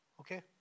Okay